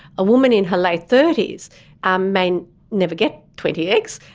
a woman in her late thirty s um may never get twenty eggs.